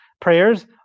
prayers